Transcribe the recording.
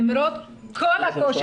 למרות כל הקושי,